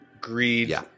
greed